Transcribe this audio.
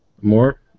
More